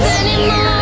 anymore